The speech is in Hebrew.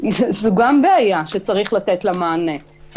זו גם בעיה שצריך לתת לה מענה.